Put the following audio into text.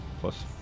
plus